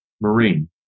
Marine